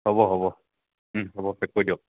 হ'ব হ'ব হ'ব পেক কৰি দিয়ক